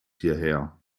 hierher